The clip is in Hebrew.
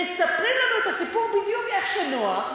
מספרים לנו את הסיפור בדיוק איך שנוח,